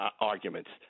arguments